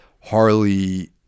Harley